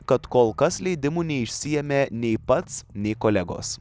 kad kol kas leidimų neišsiėmė nei pats nei kolegos